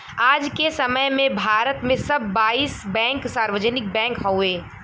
आज के समय में भारत में सब बाईस बैंक सार्वजनिक बैंक हउवे